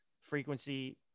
frequency